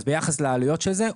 אז ביחס לעלויות של זה,